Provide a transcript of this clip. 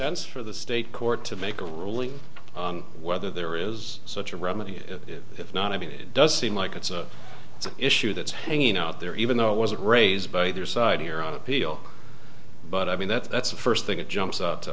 sense for the state court to make a ruling on whether there is such a remedy if not i mean it does seem like it's an issue that's hanging out there even though it wasn't raised by either side here on appeal but i mean that's the first thing that jumps out to